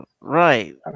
Right